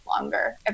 longer